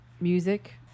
music